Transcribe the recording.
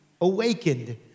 awakened